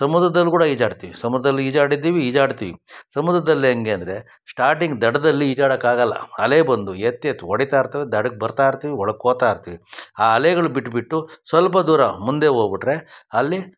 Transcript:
ಸಮುದ್ರದಲ್ಲಿ ಕೂಡ ಈಜಾಡ್ತೀವಿ ಸಮುದ್ರದಲ್ಲಿ ಈಜಾಡಿದ್ದೀವಿ ಈಜಾಡ್ತೀವಿ ಸಮುದ್ರದಲ್ಲಿ ಹೇಗೆ ಅಂದರೆ ಸ್ಟಾಟಿಂಗ್ ದಡದಲ್ಲಿ ಈಜಾಡೋಕ್ಕಾಗಲ್ಲ ಅಲೆ ಬಂದು ಎತ್ತಿ ಎತ್ತಿ ಹೊಡಿತಾ ಇರ್ತವೆ ದಡಕ್ಕೆ ಬರ್ತಾ ಇರ್ತೀವಿ ಒಳಕ್ಕೆ ಹೋಗ್ತಾಯಿರ್ತೀವಿ ಆ ಅಲೆಗಳು ಬಿಟ್ಟು ಬಿಟ್ಟು ಸ್ವಲ್ಪ ದೂರ ಮುಂದೆ ಹೋಗ್ಬಿಟ್ರೆ ಅಲ್ಲಿ